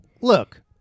Look